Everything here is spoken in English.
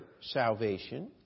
salvation